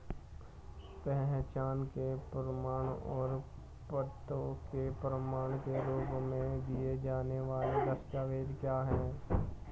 पहचान के प्रमाण और पते के प्रमाण के रूप में दिए जाने वाले दस्तावेज क्या हैं?